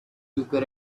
quicker